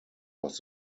was